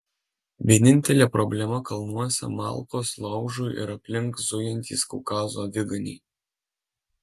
vienintelė problema kalnuose malkos laužui ir aplink zujantys kaukazo aviganiai